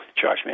Josh